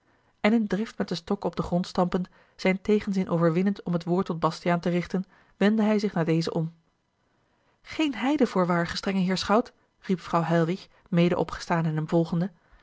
en in drift met den stok op den grond stampend zijn tegenzin overwinnend om het woord tot bastiaan te richten wendde hij zich naar dezen om geen heiden voorwaar gestrenge heer schout riep vrouw heilwich mede opgestaan en hem volgende